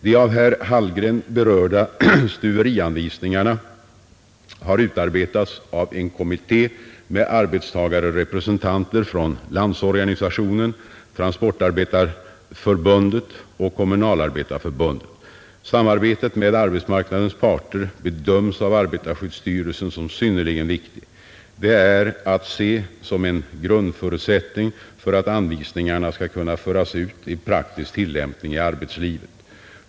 De av herr Hallgren berörda stuverianvisningarna har utarbetats av en kommitté med arbetstagarrepresentanter från LO, Transportarbetareförbundet och Kommunalarbetareförbundet. Samarbetet med arbetsmarknadens parter bedöms av arbetarskyddsstyrelsen som synnerligen viktigt. Det är att se som en grundförutsättning för att anvisningarna skall kunna föras ut i praktisk tillämpning i arbetslivet.